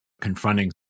confronting